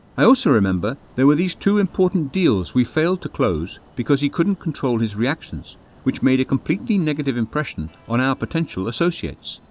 i also remember there were these two important deals we fail to close because he couldn't control his reactions which made a complete negative impression on our potential associates.